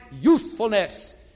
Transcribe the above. usefulness